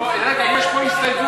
רגע, יש פה הסתייגות.